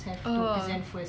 oh